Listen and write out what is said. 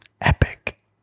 Epic